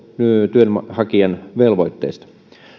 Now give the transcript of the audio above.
työnhakijan velvoitteista